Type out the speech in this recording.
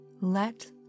Let